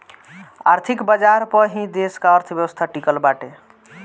आर्थिक बाजार पअ ही देस का अर्थव्यवस्था टिकल बाटे